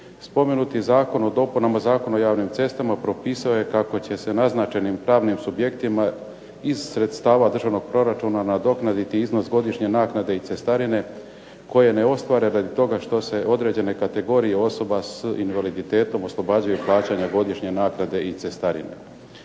Spomenuti zakon o dopunama Zakona o javnim cestama propisao je kako će se naznačenim pravnim subjektima iz sredstava državnog proračuna nadoknaditi iznos godišnje naknade i cestarine koje ne ostvare radi toga što se određene osobe kategorija osoba sa invaliditetom oslobađaju plaćanja godišnje naknade i cestarine.